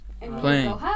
playing